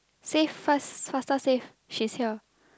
save first faster save she's here